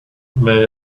may